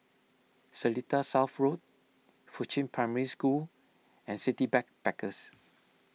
Seletar South Road Fuchun Primary School and City Backpackers